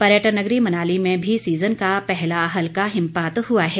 पर्यटन नगरी मनाली में भी सीजन का पहला हल्का हिमपात हुआ है